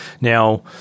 now